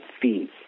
fees